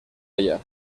ella